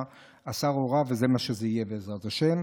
השר הורה, וזה מה שיהיה, בעזרת השם.